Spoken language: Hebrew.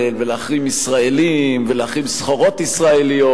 ולהחרים ישראלים ולהחרים סחורות ישראליות,